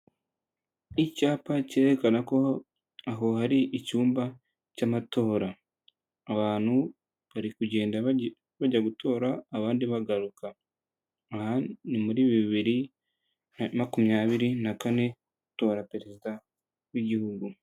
Icyapa cyerekana ko aho hari icyumba cy'amatora abantu bari kugenda bajya gutora abandi bagaruka, ni muri bibiri na makumyabiri na kane batora perezida w'igihugu.